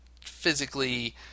Physically